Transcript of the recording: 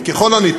חבר הכנסת בצלאל